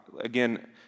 again